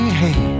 hey